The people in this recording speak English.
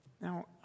Now